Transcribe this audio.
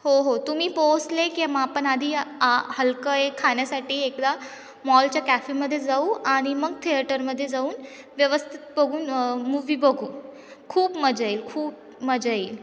हो हो तुम्ही पोहोचले की मग आपण आधी आ हलकं एक खाण्यासाठी एकदा मॉलच्या कॅफेमध्ये जाऊ आणि मग थिएटरमध्ये जाऊन व्यवस्थित बघून मूव्ही बघू खूप मजा येईल खूप मजा येईल